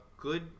good